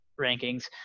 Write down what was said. rankings